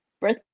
birth